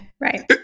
Right